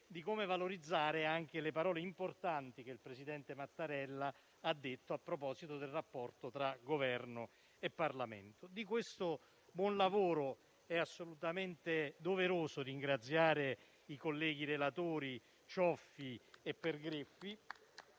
di come valorizzare le parole importanti che il presidente Mattarella ha detto a proposito del rapporto tra Governo e Parlamento. Di questo buon lavoro è assolutamente doveroso ringraziare i colleghi relatori Cioffi e Pergreffi